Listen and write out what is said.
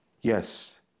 Yes